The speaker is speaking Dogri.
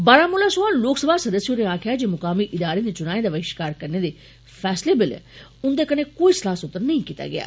बारामुला सोया लोक सभा सदस्य होरे आक्खेआ जे मुकामी इदारे दे चुनाए दा बहिष्कार करने दे फैसले बैल्ले उन्दे कन्नै कोई सलाहसूत्र नेई कीता गेआ